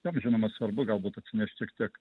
tam žinoma svarbu galbūt atsinešt šiek tiek